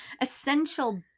essential